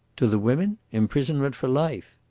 to the women? imprisonment for life.